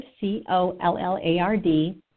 C-O-L-L-A-R-D